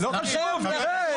את מקריאה?